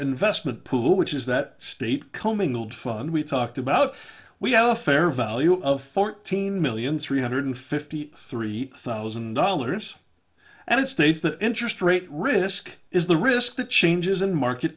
investment pool which is that state commingled fund we talked about we have a fair value of fourteen million three hundred fifty three thousand dollars and it states that interest rate risk is the risk that changes in market